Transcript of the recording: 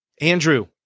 Andrew